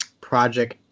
Project